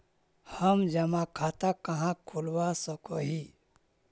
हम जमा खाता कहाँ खुलवा सक ही?